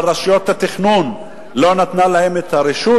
אבל רשות התכנון לא נתנה להם את הרשות,